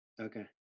Okay